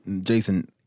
Jason